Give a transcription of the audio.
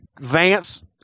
Vance